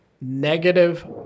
negative